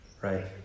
Right